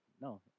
No